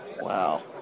Wow